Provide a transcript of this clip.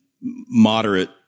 moderate